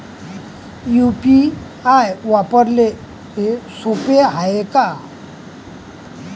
UPI वापराले सोप हाय का?